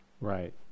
right